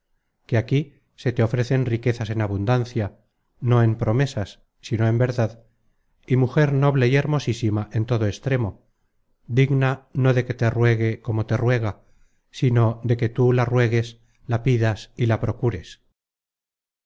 que aquí se te ofrecen riquezas en abundancia no en promesas sino en verdad y mujer noble y hermosísima en todo extremo digna no de que te ruegue como te ruega sino de que tú la ruegues la pidas y la procures